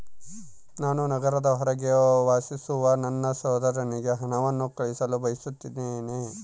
ನಾನು ನಗರದ ಹೊರಗೆ ವಾಸಿಸುವ ನನ್ನ ಸಹೋದರನಿಗೆ ಹಣವನ್ನು ಕಳುಹಿಸಲು ಬಯಸುತ್ತೇನೆ